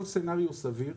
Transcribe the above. כל סצנריו סביר,